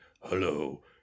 Hello